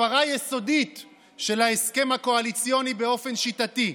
הפרה יסודית של ההסכם הקואליציוני באופן שיטתי,